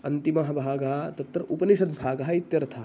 अन्तिमः भागः तत्र उपनिषद्भागः इत्यर्थः